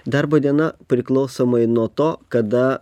darbo diena priklausomai nuo to kada